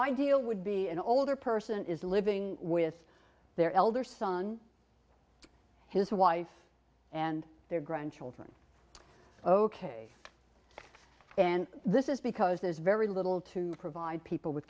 ideal would be an older person is living with their elder son his wife and their grandchildren ok and this is because there's very little to provide people w